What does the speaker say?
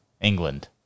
England